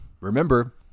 Remember